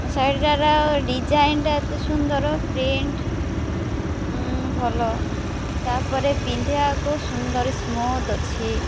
ମୋ ଶାଢ଼ୀଟାର ଡିଜାଇନ୍ଟା ଏତେ ସୁନ୍ଦର ପ୍ରିଣ୍ଟ୍ ଭଲ ତା'ପରେ ପିନ୍ଧିବାକୁ ସୁନ୍ଦର ସ୍ମୁଥ୍ ଅଛି